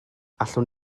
allwn